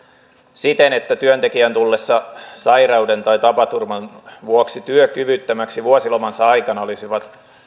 siten että työntekijän tullessa sairauden tai tapaturman vuoksi työkyvyttömäksi vuosilomansa aikana olisivat